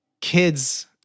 kids